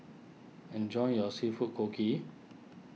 enjoy your Seafood Congee